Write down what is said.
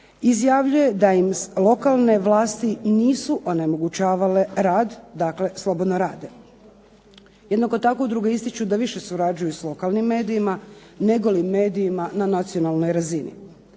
izjavljuje da im lokalne vlasti nisu onemogućavale rad dakle slobodno rade. Jednako tako udruge ističu da više surađuju sa lokalnim medijima, negoli medijima na nacionalnoj razini.